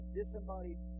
disembodied